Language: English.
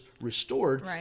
restored